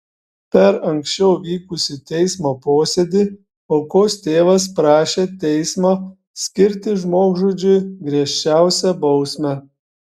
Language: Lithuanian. per anksčiau vykusį teismo posėdį aukos tėvas prašė teismo skirti žmogžudžiui griežčiausią bausmę